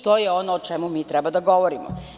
To je ono o čemu mi treba da govorimo.